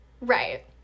Right